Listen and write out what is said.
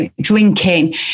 drinking